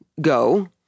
go